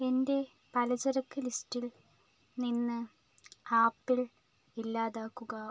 എന്റെ പലചരക്ക് ലിസ്റ്റിൽ നിന്ന് ആപ്പിൾ ഇല്ലാതാക്കുക